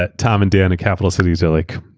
ah tom and dan in capital cities are like,